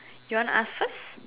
you wanna ask first